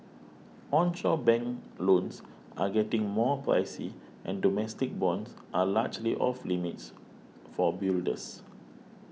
onshore bank loans are getting more pricey and domestic bonds are largely off limits for builders